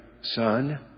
Son